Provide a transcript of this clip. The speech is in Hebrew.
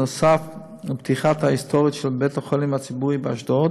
נוסף על הפתיחה ההיסטורית של בית-החולים הציבורי באשדוד